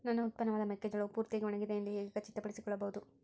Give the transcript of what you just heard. ನನ್ನ ಉತ್ಪನ್ನವಾದ ಮೆಕ್ಕೆಜೋಳವು ಪೂರ್ತಿಯಾಗಿ ಒಣಗಿದೆ ಎಂದು ಹೇಗೆ ಖಚಿತಪಡಿಸಿಕೊಳ್ಳಬಹುದು?